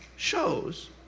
Shows